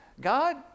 God